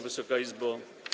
Wysoka Izbo!